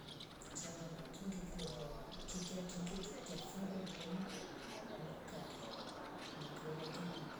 Chao ambacho ngekilolya chi kiati ngingi kiafaru rikioni na ukari ngaulya ngekunda